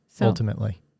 ultimately